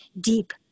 deep